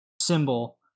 symbol